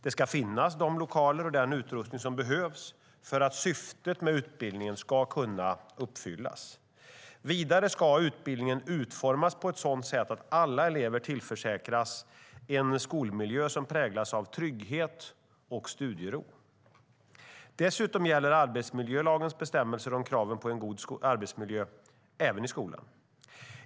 Det ska finnas de lokaler och den utrustning som behövs för att syftet med utbildningen ska kunna uppfyllas. Vidare ska utbildningen utformas på ett sådant sätt att alla elever tillförsäkras en skolmiljö som präglas av trygghet och studiero. Dessutom gäller arbetsmiljölagens bestämmelser om kraven på en god arbetsmiljö även i skolan.